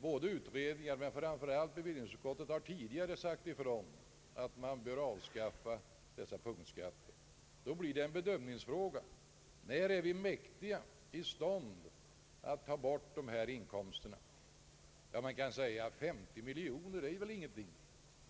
Både från utredningar men framför allt inom bevillningsutskottet har det tidigare sagts ifrån att dessa punktskatter bör avskaffas. Det blir då en bedömningsfråga när vi är mäktiga och i stånd att avstå från dessa skatteinkomster. Man kan tycka att 50 miljoner kronor inte är någonting